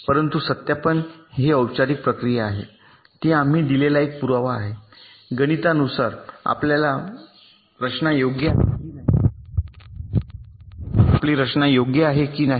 परंतु सत्यापन ही औपचारिक प्रक्रिया आहे ती आम्ही दिलेला गणितानुसार एक पुरावा आहे आपली रचना योग्य आहे की नाही